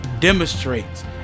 demonstrates